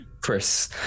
chris